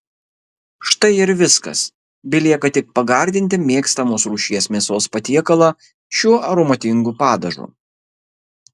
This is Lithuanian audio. štai ir viskas belieka tik pagardinti mėgstamos rūšies mėsos patiekalą šiuo aromatingu padažu